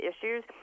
issues